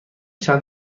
چند